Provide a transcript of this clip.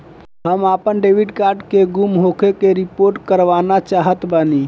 हम आपन debit card के गुम होखे के रिपोर्ट करवाना चाहत बानी